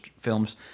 films